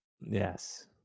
Yes